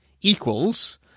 equals